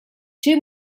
two